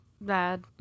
bad